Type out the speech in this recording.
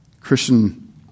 Christian